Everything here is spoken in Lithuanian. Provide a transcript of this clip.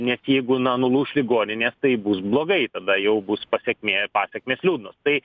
nes jeigu na nulūš ligoninės tai bus blogai tada jau bus pasekmė pasekmės liūdnos tai